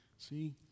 See